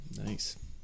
Nice